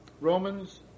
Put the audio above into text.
Romans